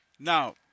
Now